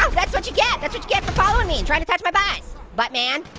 that's that's what you get, that's what you get for following me. trying to catch my butt, buttman.